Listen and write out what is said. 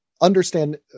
understand